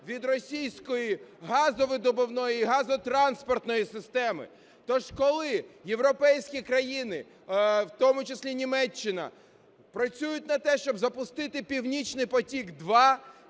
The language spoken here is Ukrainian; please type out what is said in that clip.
від російської газовидобувної газотранспортної системи. То ж коли європейські країни, в тому числі Німеччина, працюють на те, щоб запустити "Північний потік-2".